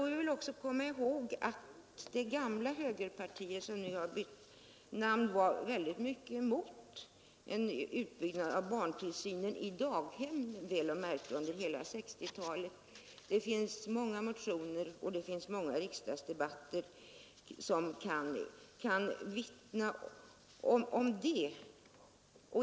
Vi bör också komma ihåg att det gamla högerpartiet, som har bytt namn, under hela 1960-talet var mycket emot en utbyggnad av barntillsynen — i daghem, väl att märka. Det finns många motioner och många riksdagsdebatter som kan vittna om det.